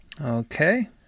Okay